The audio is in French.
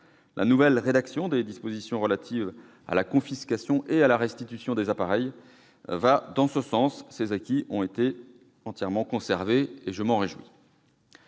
La nouvelle rédaction des dispositions relatives à la confiscation et à la restitution des appareils va dans ce sens. Ces acquis ont été entièrement conservés, et je m'en réjouis.